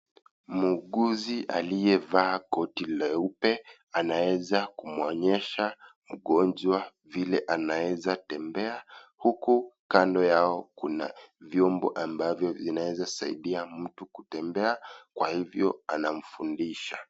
Muuguzi aliyevaa koti leupe anaeza kumuonyesha mgonjwa vile anaeza tembea huku kando yao kuna vyombo ambavyo vinaeza saidia mtu kutembea kwa hivo anamfundisha.